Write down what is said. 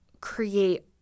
create